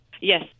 Yes